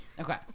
Okay